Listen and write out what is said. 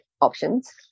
options